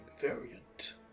variant